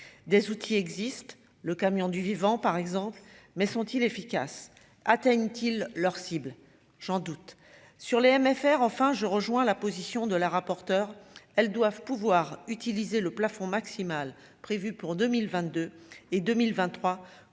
des outils existent, le camion du vivant, par exemple, mais sont-ils efficaces atteignent-t-il leur cibles j'en doute sur les aimé faire enfin je rejoins la position de la rapporteure, elles doivent pouvoir utiliser le plafond maximal prévu pour 2000 22 et 2023